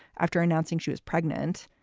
after announcing she was pregnant,